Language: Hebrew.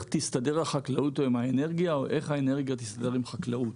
תסתדר החקלאות עם האנרגיה" או "איך האנרגיה תסתדר עם חקלאות".